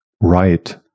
right